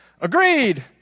Agreed